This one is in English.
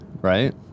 Right